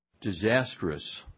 disastrous